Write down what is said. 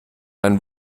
ein